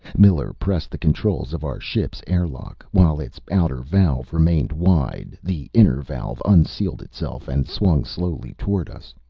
miller pressed the controls of our ship's airlock. while its outer valve remained wide, the inner valve unsealed itself and swung slowly toward us.